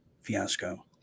fiasco